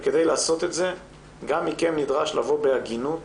וכדי לעשות את זה גם מכם נדרש לבוא בהגינות